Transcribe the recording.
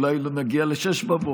אולי לא נגיע ל-06:00,